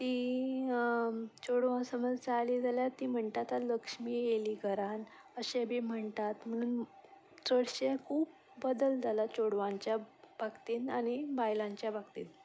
तीं चेडवां समज जालीं जाल्यार ती म्हणटात लक्ष्मी येयली घरान अशें बी म्हणटात म्हणून चडशे खूब बदल जाला चेडवांच्या बाबतीन आनी बायलांच्या बाबतीन